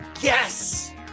Yes